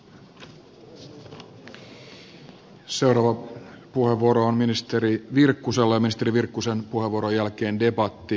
seuraava puheenvuoro on ministeri virkkusella ja ministeri virkkusen puheenvuoron jälkeen debatti